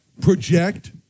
Project